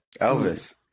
Elvis